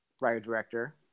writer-director